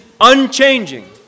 unchanging